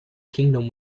kingdom